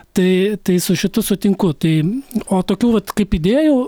tai tai su šitu sutinku tai o tokių vat kaip idėjų